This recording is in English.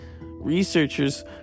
Researchers